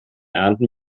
ernten